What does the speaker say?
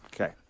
Okay